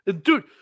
Dude